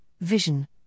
vision